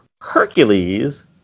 Hercules